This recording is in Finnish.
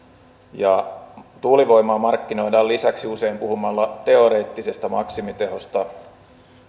tuulivoimaa markkinoidaan lisäksi usein puhumalla teoreettisesta maksimitehosta